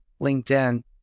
LinkedIn